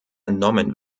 entnommen